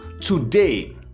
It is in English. today